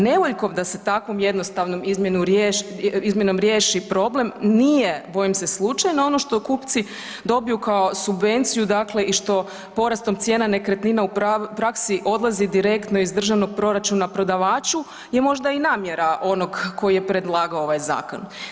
Nevoljko da se jednostavnom izmjenom riješi problem, nije bojim se slučaj, ono što kupci dobiju kao subvenciju dakle i što porastom cijena nekretnina u praksi odlazi direktno iz državnog proračuna prodavaču je možda i namjera onog koji je predlagao ovaj zakon.